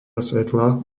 svetla